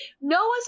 Noah's